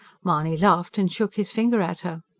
mahony laughed and shook his finger at her.